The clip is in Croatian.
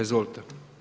Izvolite.